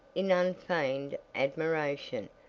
in unfeigned admiration,